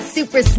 Super